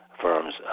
firms